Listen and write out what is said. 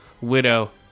widow